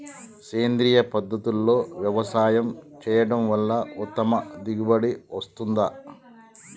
సేంద్రీయ పద్ధతుల్లో వ్యవసాయం చేయడం వల్ల ఉత్తమ దిగుబడి వస్తుందా?